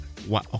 Wow